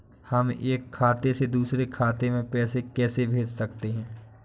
हम एक खाते से दूसरे खाते में पैसे कैसे भेज सकते हैं?